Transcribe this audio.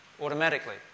Automatically